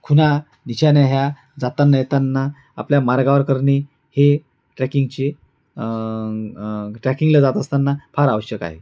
खुणा दिशांना ह्या जाताना येताना आपल्या मार्गावर करणे हे ट्रॅकिंगची ट्रॅकिंगला जात असताना फार आवश्यक आहे